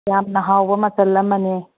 ꯌꯥꯝꯅ ꯍꯥꯎꯕ ꯃꯆꯜ ꯑꯃꯅꯤ